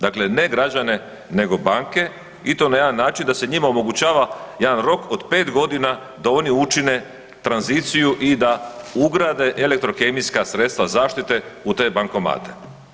Dakle ne građane nego banke i to na jedan način da se njima omogućava jedan rok od 5 godina da oni učine tranziciju i da ugrade elektrokemijska sredstva zaštite u te bankomate.